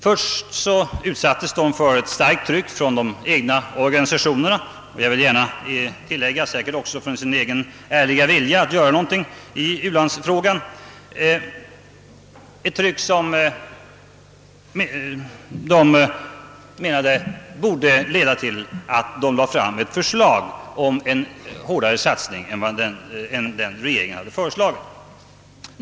Först utsattes de för ett starkt tryck från de egna organisationerna — och jag vill tillägga säkert också från sin egen ärliga vilja att göra någonting i u-hjälpsfrågan — ett tryck som de menade borde leda till att de lade fram ett förslag om en hårdare satsning än den regeringen föreslagit.